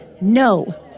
No